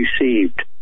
received